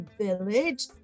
village